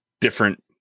different